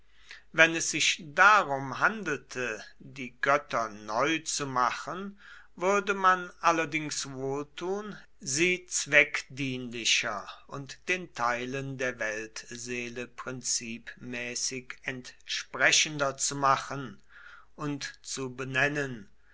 wenn es sich darum handelte die götter neu zu machen würde man allerdings wohltun sie zweckdienlicher und den teilen der weltseele prinzipmäßig entsprechender zu machen und zu benennen